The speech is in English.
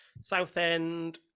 Southend